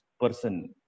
person